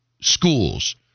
schools